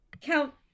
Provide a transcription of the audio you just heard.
count